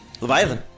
Leviathan